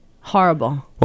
Horrible